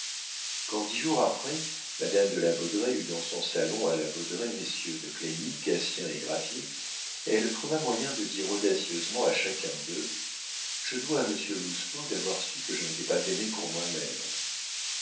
dix jours après madame de la baudraye eut dans son salon à la baudraye messieurs de clagny gatien et gravier elle trouva moyen de dire audacieusement à chacun d'eux je dois à monsieur lousteau d'avoir su que je n'étais pas aimée pour moi-même